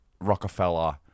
Rockefeller